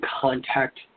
contact